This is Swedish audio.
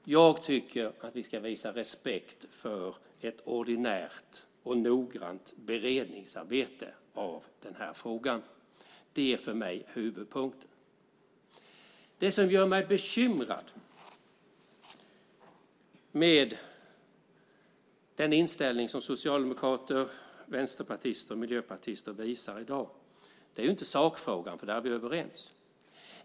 Jag tycker att vi ska visa respekt för ett ordinärt och noggrant beredningsarbete av frågan. Det är för mig huvudpunkten. Det som gör mig bekymrad med den inställning som socialdemokrater, vänsterpartister och miljöpartister visar i dag är inte sakfrågan, för där är vi överens.